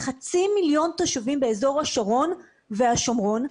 חצי מיליון תושבים באזור השרון והשומרון.